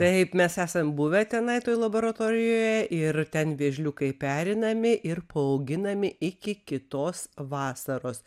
taip mes esam buvę tenai toj laboratorijoje ir ten vėžliukai perinami ir poauginami iki kitos vasaros